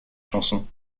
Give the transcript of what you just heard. chanson